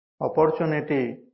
opportunity